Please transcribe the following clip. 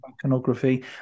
iconography